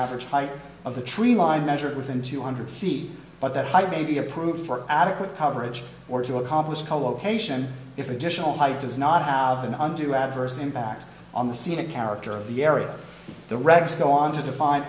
average height of the tree line measured within two hundred feet but that height may be approved for adequate coverage or to accomplish co location if additional height does not have an undue adverse impact on the scenic character of the area the regs go on to define